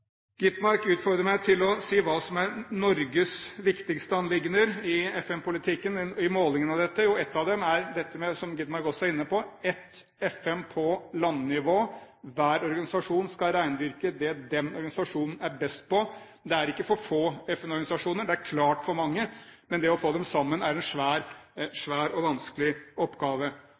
Gitmark utfordret meg til si hva som er Norges viktigste anliggende i FN-politikken og i målingen av dette. Et av dem, som Skovholt Gitmark også var inne på, er dette med «Ett FN» på landnivå. Hver organisasjon skal rendyrke det organisasjonen er best på. Det er ikke for få FN-organisasjoner. Det er klart for mange, men å få dem sammen er en svær og vanskelig oppgave.